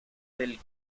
del